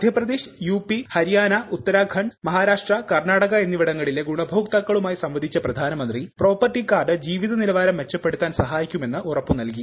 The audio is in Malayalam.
മധ്യപ്രദേശ് യുപി ഹരിയാന ഉത്തരാഖണ്ഡ് മഹാരാഷ്ട്ര കർണാടക എന്നിവിടങ്ങളിലെ ഗുണഭോക്താക്കളുമായി സംവദിച്ച പ്രധാനമന്ത്രി പ്രോപ്പർട്ടി കാർഡ് ജീവിതനിലവാരം മെച്ചപ്പെടുത്താൻ സഹായിക്കുമെന്ന് ഉറപ്പ് നൽകി